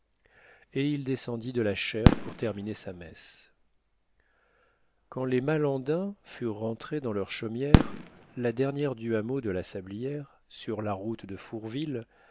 et il descendit de la chaire pour terminer sa messe quand les malandain furent rentrés dans leur chaumière la dernière du hameau de la sablière sur la route de fourville